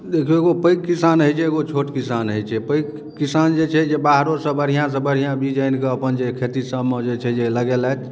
देखियौ एगो पैघ किसान होइ छै एगो छोट किसान होइ छै पैघ किसान जे छै जे बाहरो सँ बढ़िऑं सँ बढ़िऑं बीज आनि कऽ अपन जे खेती सबमे जे छै जे लगेलथि